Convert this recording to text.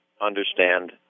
understand